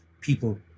people